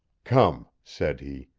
come, said he,